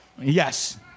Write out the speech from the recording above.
Yes